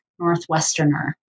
Northwesterner